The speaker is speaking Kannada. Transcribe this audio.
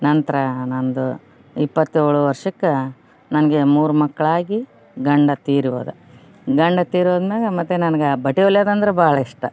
ನಂತರ ನನ್ನದು ಇಪ್ಪತ್ತೇಳು ವರ್ಷಕ್ಕೆ ನನಗೆ ಮೂರು ಮಕ್ಕಳಾಗಿ ಗಂಡ ತೀರಿ ಹೋದ ಗಂಡ ತೀರಿ ಹೋದ್ಮ್ಯಾಗ ಮತ್ತೆ ನನ್ಗ ಬಟ್ಟೆ ಹೊಲಿಯದಂದ್ರ ಭಾಳ ಇಷ್ಟ